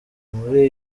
muri